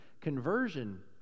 conversion